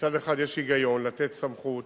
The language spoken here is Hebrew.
מצד אחד יש היגיון לתת סמכות